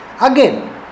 again